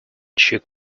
shook